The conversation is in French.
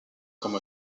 comme